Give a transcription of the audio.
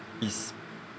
is